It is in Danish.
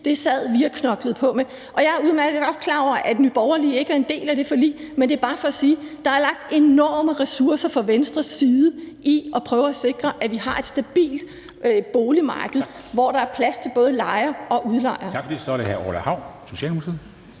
sad vi og knoklede på med. Jeg er udmærket godt klar over, at Nye Borgerlige ikke er en del af det forlig, men jeg vil bare sige, at der er lagt enorme ressourcer fra Venstres side i at prøve at sikre, at vi har et stabilt boligmarked, hvor der er plads til både lejere og udlejere.